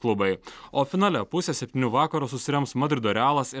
klubai o finale pusę septynių vakaro susirems madrido realas ir